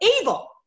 evil